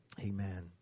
Amen